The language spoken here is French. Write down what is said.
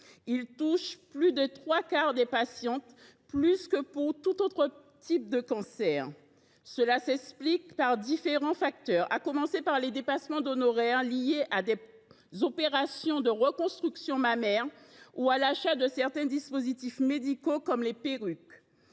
Il touche plus des trois quarts des patientes, soit davantage que tout autre type de cancer. Cela s’explique par différents facteurs, à commencer par les dépassements d’honoraires liés à des opérations de reconstruction mammaire ou à l’achat de certains dispositifs médicaux comme les perruques.